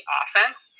offense